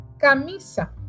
camisa